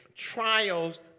Trials